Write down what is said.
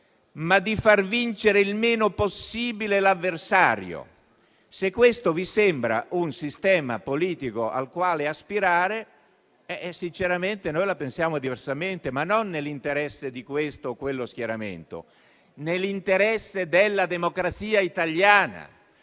ma di far vincere il meno possibile l'avversario. Se questo vi sembra un sistema politico al quale aspirare, sinceramente noi la pensiamo diversamente, non nell'interesse di questo o di quello schieramento, bensì nell'interesse della democrazia italiana.